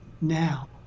now